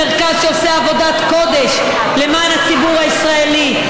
מרכז שעושה עבודת קודש למען הציבור הישראלי,